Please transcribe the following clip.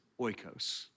oikos